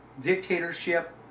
Dictatorship